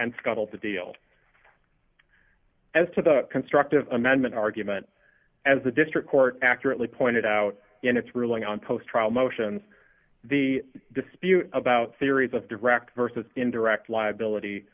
scuttled the deal as to the constructive amendment argument as the district court accurately pointed out in its ruling on post trial motions the dispute about theories of direct versus indirect liability